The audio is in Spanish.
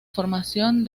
formación